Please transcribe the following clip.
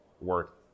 work